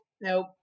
Nope